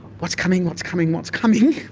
what's coming? what's coming? what's coming?